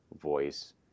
voice